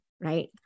right